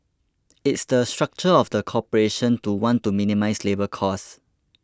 it's the structure of the corporation to want to minimise labour costs